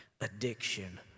addiction